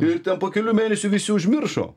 ir po kelių mėnesių visi užmiršo